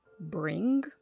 bring